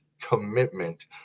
commitment